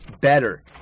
better